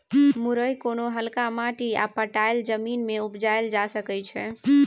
मुरय कोनो हल्का माटि आ पटाएल जमीन मे उपजाएल जा सकै छै